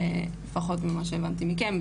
שלפחות ממה שהבנתי מכם,